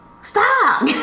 Stop